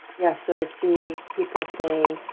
yeah, so i see people saying,